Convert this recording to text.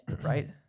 Right